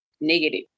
negative